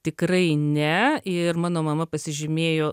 tikrai ne ir mano mama pasižymėjo